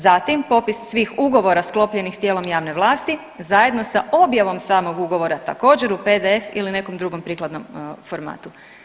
Zatim, popis svih ugovora sklopljenih s tijelom javne vlasti zajedno sa objavom samog ugovora, također, u PDF ili nekom drugom prikladnom formatu.